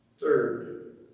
Third